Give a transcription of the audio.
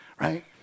Right